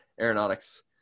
aeronautics